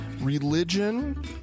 Religion